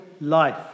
life